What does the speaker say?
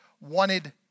wanted